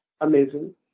amazing